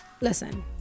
listen